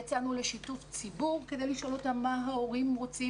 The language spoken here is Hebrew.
יצאנו לשיתוף ציבור כדי לשאול אותם מה ההורים רוצים